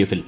എഫിൽ